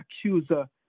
accuser